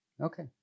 Okay